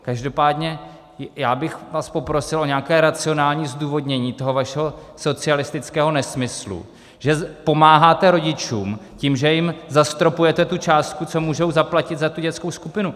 Každopádně bych vás poprosil o nějaké racionální zdůvodnění toho vašeho socialistického nesmyslu, že pomáháte rodičům tím, že jim zastropujete částku, co můžou zaplatit za tu dětskou skupinu.